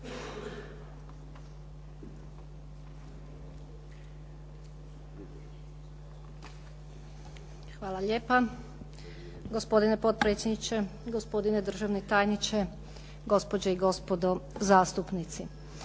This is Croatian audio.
Hvala lijepa. Gospodine potpredsjedniče, gospodine državni tajniče, gospođe i gospodo zastupnici.